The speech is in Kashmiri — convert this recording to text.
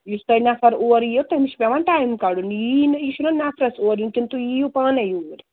یُس تۄہہِ نَفر اور یِیَو تٔمِس چھِ پٮ۪وان ٹایِم کَڈُن یہِ یی نہَ یہِ چھُنا نفرَس اور یُن کِنہٕ تُہۍ یِیو پانٕے یوٗرۍ